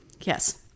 Yes